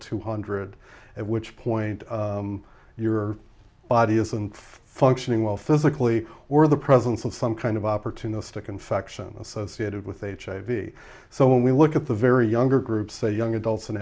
two hundred at which point your body isn't functioning well physically or the presence of some kind of opportunistic infection associated with hiv so when we look at the very younger group say young adults